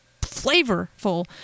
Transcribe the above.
flavorful